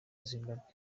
zimbabwe